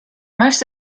most